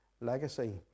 legacy